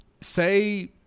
say